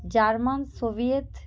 German soviet